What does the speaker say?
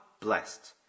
blessed